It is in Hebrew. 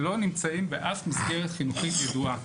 לא נמצאים בשום מסגרת חינוכית ידועה.